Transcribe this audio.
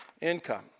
income